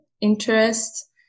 interest